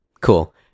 cool